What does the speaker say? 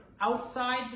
outside